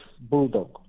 bulldog